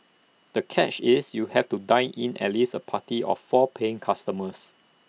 the catch is you have to dine in at least A party of four paying customers